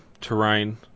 terrain